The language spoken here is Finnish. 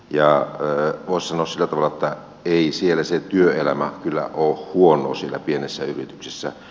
voisi sanoa sillä tavalla että ei se työelämä kyllä ole huonoa siellä pienessä yrityksessä